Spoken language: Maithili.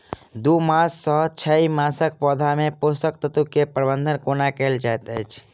दू मास सँ छै मासक पौधा मे पोसक तत्त्व केँ प्रबंधन कोना कएल जाइत अछि?